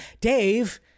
Dave